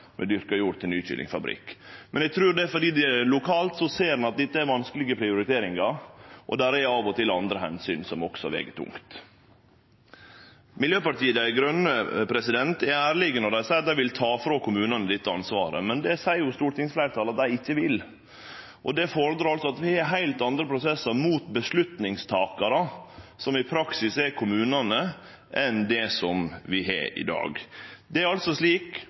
med dyrka jord til ny kyllingfabrikk. Eg trur det er fordi ein lokalt ser at dette er vanskelege prioriteringar, og at det av og til er andre omsyn som også veg tungt. Miljøpartiet Dei Grøne er ærlege når dei seier at dei vil ta frå kommunane dette ansvaret, men det seier stortingsfleirtalet at dei ikkje vil gjere. Det fordrar at vi har heilt andre prosessar opp mot dei som tek avgjerdene, som i praksis er kommunane, enn det som vi har i dag. Landbruksdepartementet vedtek ikkje i nokon særleg grad om dyrka areal skal verte omdisponert. Det er